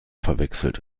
verwechselt